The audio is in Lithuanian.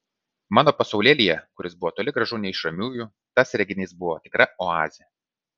mano pasaulėlyje kuris buvo toli gražu ne iš ramiųjų tas reginys buvo tikra oazė